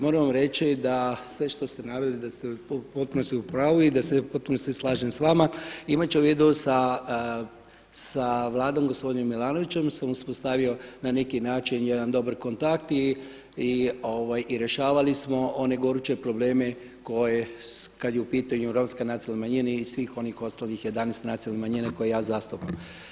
Moram vam reći da sve što ste naveli da ste u potpunosti u pravu i da se u potpunosti slažem s vama imaju u vidu sa Vladom gospodina Milanovića sam uspostavio na neki način jedan dobar kontakt i rješavali smo one goruće probleme koje kad je u pitanju Romska nacionalna manjina i svih onih ostalih 11 nacionalnih manjina koje ja zastupam.